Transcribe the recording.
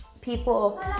people